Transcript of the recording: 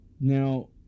Now